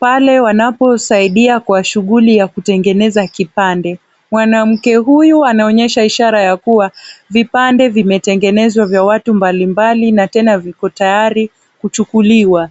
pale wanaposaidia kwa shughuli ya kutengeneza kipande. Mwanamke huyu anaonyesha ishara ya kuwa vipande vimetengenezwa vya watu mbalimbali na tena viko tayari kuchukuliwa.